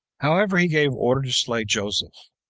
however, he gave order to slay joseph,